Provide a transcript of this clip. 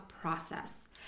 process